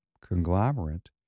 conglomerate